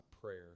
prayer